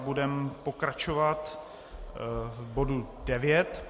Budeme pokračovat v bodu 9.